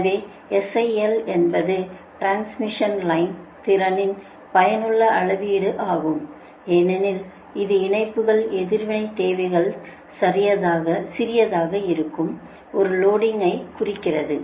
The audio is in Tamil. எனவே SIL என்பது டிரான்ஸ்மிஷன் லைன் திறனின் பயனுள்ள அளவீடு ஆகும் ஏனெனில் இது இணைப்புகள் எதிர்வினைத் தேவைகள் சிறியதாக இருக்கும் ஒரு லோடிங் ஐ குறிக்கிறது